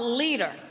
leader